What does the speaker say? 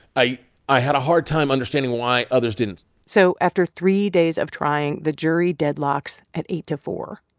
i i had a hard time understanding why others didn't so after three days of trying, the jury deadlocks at eight to four.